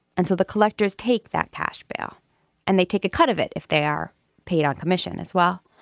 and so the collectors take that cash bail and they take a cut of it. if they are paid on commission as well.